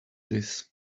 this